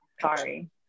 sorry